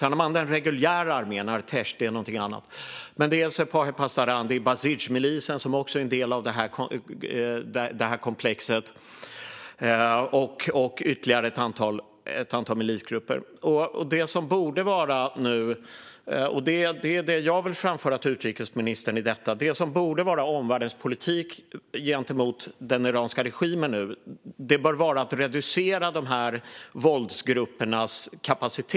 Sedan har man den reguljära armén, Artesh, som är någonting annat. Men det är Sepah-e Pasdaran och Basijmilisen, som också är en del av det här komplexet, samt ytterligare ett antal milisgrupper. Det som nu borde vara omvärldens politik gentemot den iranska regimen - och det är det jag vill framföra till utrikesministern - är arbetet för att reducera dessa våldsgruppers kapacitet.